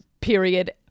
period